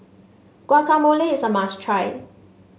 Guacamole is a must try